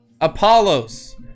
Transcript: apollos